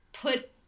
put